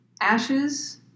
Ashes